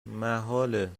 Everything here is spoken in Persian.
محاله